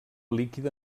líquida